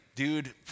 dude